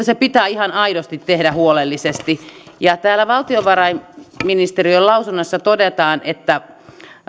se pitää ihan aidosti tehdä huolellisesti täällä valtiovarainministeriön lausunnossa todetaan että